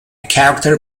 character